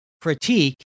critique